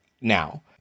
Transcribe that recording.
now